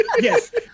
Yes